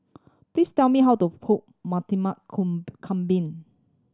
please tell me how to cook kambing